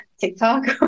TikTok